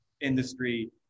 industry